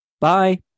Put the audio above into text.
Bye